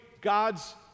God's